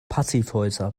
passivhäuser